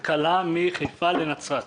הרכבת הקלה מחיפה לנצרת.